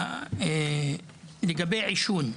עכשיו לגבי עישון,